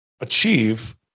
achieve